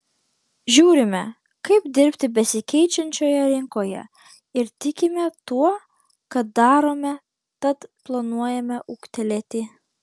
žiūrime kaip dirbti besikeičiančioje rinkoje ir tikime tuo ką darome tad planuojame ūgtelėti